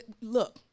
look